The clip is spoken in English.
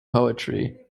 poetry